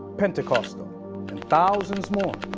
pentecostal and thousands more.